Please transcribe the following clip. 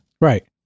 Right